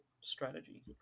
strategy